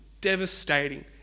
devastating